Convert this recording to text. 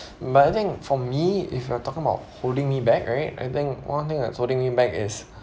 but I think for me if you are talking about holding me back right I think one thing that's holding me back is